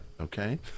Okay